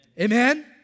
Amen